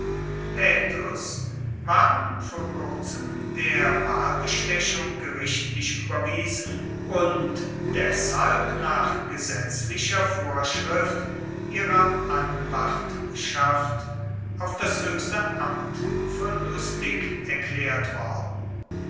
waren vor kurzem der wahlbestechung gerichtlich überwiesen und deshalb nach gesetzlicher vorschrift ihrer anwartschaft auf das höchste amt verlustig erklärt worden